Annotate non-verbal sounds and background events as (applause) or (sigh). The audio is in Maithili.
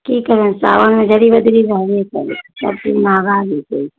कि करै साओनमे (unintelligible) रहबे करै छै सबचीज महगा बिकै छै